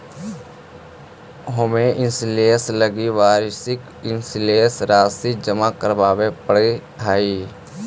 home insurance लगी वार्षिक insurance राशि जमा करावे पड़ऽ हइ